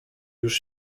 już